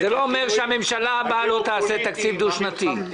זה לא אומר שהממשלה הבאה לא תעשה תקציב דו-שנתי,